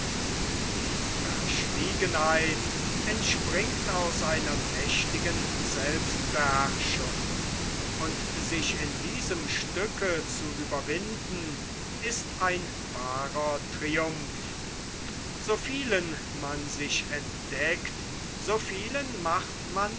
die verschwiegenheit entspringt aus einer mächtigen selbstbeherrschung und sich in diesem stücke zu überwinden ist ein wahrer triumph so vielen man sich entdeckt so vielen macht man